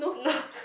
no